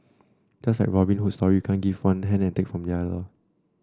just like Robin Hood story can't give one hand and take from the other